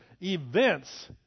events